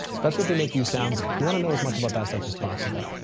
especially if they make you sound good. you want to know as much about that stuff as possible.